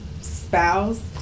spouse